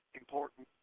important